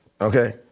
okay